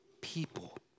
people